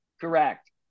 Correct